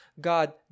God